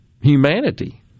humanity